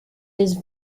his